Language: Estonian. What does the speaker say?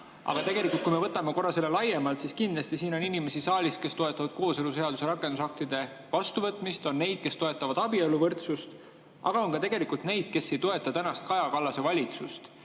Aga tegelikult, kui me võtame korra laiemalt, siis kindlasti on siin saalis inimesi, kes toetavad kooseluseaduse rakendusaktide vastuvõtmist, on neid, kes toetavad abieluvõrdsust, aga on ka neid, kes ei toeta tänast Kaja Kallase valitsust.